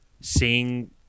seeing